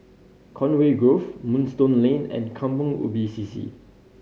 Conway Grove Moonstone Lane and Kampong Ubi C C